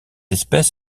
espèce